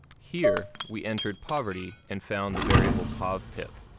here, we entered poverty and found the variable povpip.